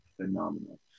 phenomenal